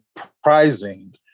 surprising